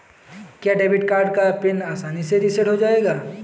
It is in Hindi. क्या डेबिट कार्ड का पिन आसानी से रीसेट हो जाएगा?